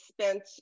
spent